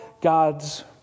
God's